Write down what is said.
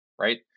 right